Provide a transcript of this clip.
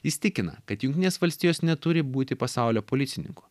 jis tikina kad jungtinės valstijos neturi būti pasaulio policininku